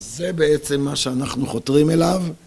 זה בעצם מה שאנחנו חותרים אליו.